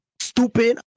stupid